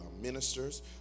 ministers